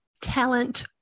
talent